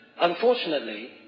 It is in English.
Unfortunately